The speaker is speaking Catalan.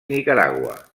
nicaragua